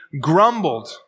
grumbled